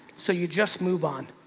so you just move on.